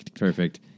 Perfect